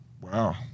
Wow